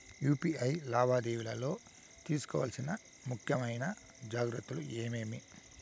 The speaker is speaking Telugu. యు.పి.ఐ లావాదేవీలలో తీసుకోవాల్సిన ముఖ్యమైన జాగ్రత్తలు ఏమేమీ?